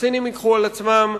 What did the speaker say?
שהסינים ייקחו על עצמם,